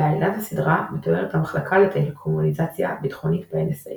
בעלילת הסדרה מתוארת ה'מחלקה לטלקומוניקציה ביטחונית' ב-NSA.